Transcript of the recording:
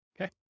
Okay